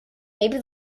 maybe